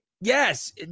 Yes